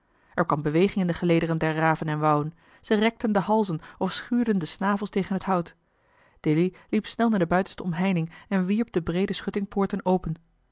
er kwam beweging in de gelederen der raven en wouwen ze rekten de halzen of schuurden de snavels tegen het hout dilly liep snel naar de buitenste omheining en wierp de breede schuttingpoorten open